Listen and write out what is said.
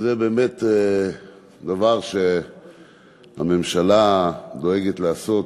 שזה באמת דבר שהממשלה דואגת לעשות.